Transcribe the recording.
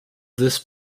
this